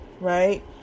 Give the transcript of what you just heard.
right